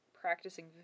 practicing